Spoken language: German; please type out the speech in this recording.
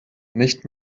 nicht